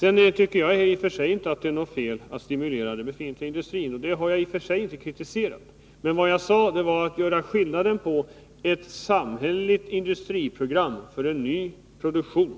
Jag tycker inte att det är fel att man stimulerar den befintliga industrin, och det har jag inte heller kritiserat. Vad jag sade var att man måste göra skillnad på ett samhälleligt industriprogram för en ny produktion